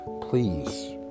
please